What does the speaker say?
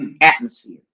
atmosphere